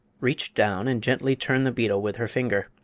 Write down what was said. reached down and gently turned the beetle with her finger.